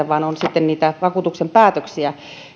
vaan on sitten niitä vakuutuksen päätöksiä